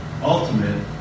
ultimate